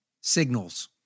signals